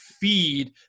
feed